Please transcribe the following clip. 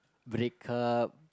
break up